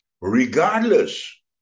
regardless